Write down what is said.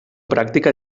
pràctica